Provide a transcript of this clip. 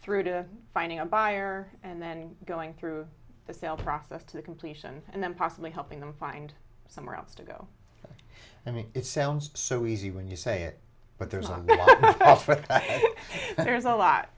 through to finding a buyer and then going through the sale process to completion and then possibly helping them find somewhere else to go i mean it sounds so easy when you say it but there's one there is a lot